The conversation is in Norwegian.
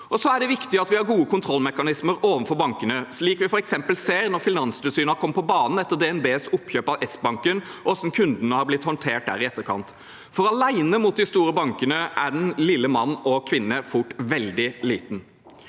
Det er viktig at vi har gode kontrollmekanismer overfor bankene, slik vi f.eks. ser når Finanstilsynet har kommet på banen etter DNBs oppkjøp av Sbanken, og hvordan kundene har blitt håndtert der i etterkant. Alene mot de store bankene blir den lille mann og kvinne fort veldig liten.